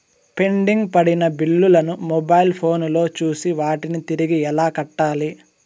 pending పడిన బిల్లులు ను మొబైల్ ఫోను లో చూసి వాటిని తిరిగి ఎలా కట్టాలి